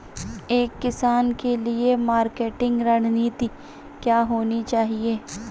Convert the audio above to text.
एक किसान के लिए मार्केटिंग रणनीति क्या होनी चाहिए?